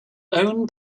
own